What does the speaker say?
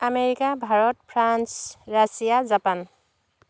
America Bharat France Russia Japan